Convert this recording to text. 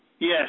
Yes